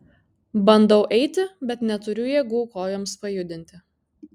bandau eiti bet neturiu jėgų kojoms pajudinti